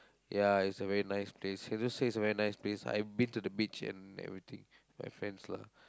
ya it's a very nice place sentosa is a very nice place I been to the beach and everything with my friends lah